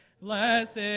Blessed